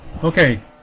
Okay